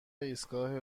ایستگاه